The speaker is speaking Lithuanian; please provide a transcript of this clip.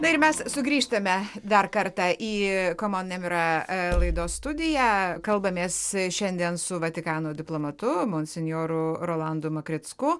na ir mes sugrįžtame dar kartą į komon nemira e laidos studiją kalbamės šiandien su vatikano diplomatu monsinjoru rolandu makricku